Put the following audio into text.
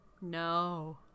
No